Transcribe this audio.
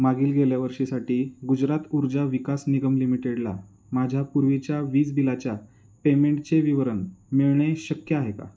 मागील गेल्या वर्षीसाठी गुजरात ऊर्जा विकास निगम लिमिटेडला माझ्या पूर्वीच्या वीज बिलाच्या पेमेंटचे विवरण मिळणे शक्य आहे का